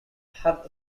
have